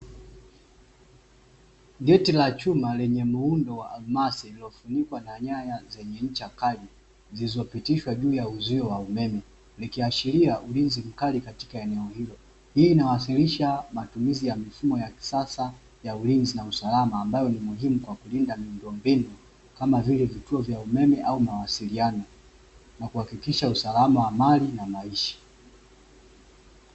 Geti la chuma lenye muundo wa almasi lililofunikwa na nyaya zenye ncha kali zilizopitishwa juu ya uzio wa umeme ikiashiria ulizi mkali katika eneo. Hii inawakilisha matumizi ya mifumo ya kisasa ya ulinzi na usalama ambayo ni muhimu kwa kulinda miundombinu kama vile vituo vya umeme au mawasiliano na kuhakikisha usalama wa mali na maisha.